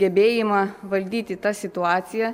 gebėjimą valdyti tą situaciją